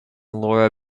laura